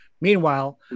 Meanwhile